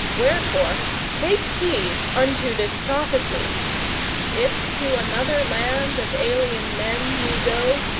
wherefore take heed unto this prophecy if to another land of alien men ye go,